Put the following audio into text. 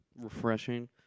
refreshing